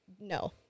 no